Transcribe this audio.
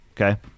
Okay